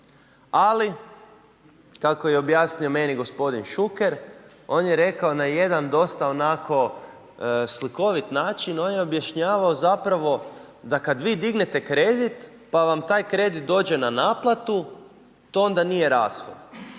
Ali kako je objasnio meni gospodin Šuker, on je rekao na jedan dosta onako slikovit način, on je objašnjavao zapravo da kad vi dignete kredit pa vam taj kredit dođe na naplatu, to onda nije rashod,